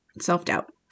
Self-doubt